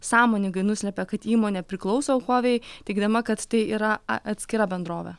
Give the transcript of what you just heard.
sąmoningai nuslėpė kad įmonė priklauso huawei teigdama kad tai yra a atskira bendrovė